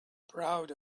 proud